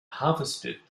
harvested